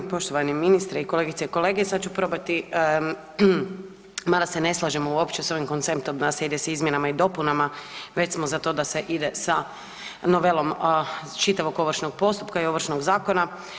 Poštovani ministre, kolegice i kolege, sad ću probati, mada se ne slažem uopće s ovim konceptom da se ide s izmjenama i dopunama već smo za to da se ide sa novelom čitavom ovršnog postupka i Ovršnog zakona.